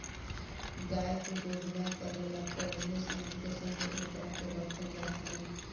गाय के गोभिना करे ला पाहिले सांड के संघे ओकरा के रखल जात रहे